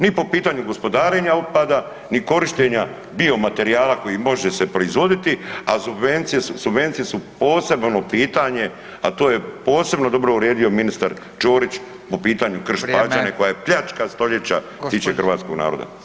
Ni po pitanju gospodarenja otpada ni korištenja biomaterijala koji može se proizvoditi, a subvencije su posebno ono pitanje, a to je posebno dobro uredio ministar Ćorić po pitanju Krš-Pađene [[Upadica: Vrijeme.]] koji je pljačka stoljeća što se tiče hrvatskog naroda.